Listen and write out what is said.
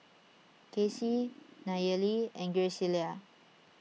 Kaycee Nayeli and Graciela